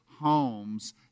homes